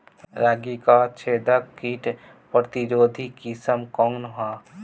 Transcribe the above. रागी क छेदक किट प्रतिरोधी किस्म कौन ह?